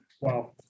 wow